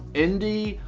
indie,